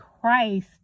christ